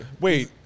wait